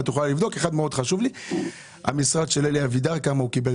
אם את יכולה לבדוק: המשרד של אלי אבידר כמה תקציב הוא קיבל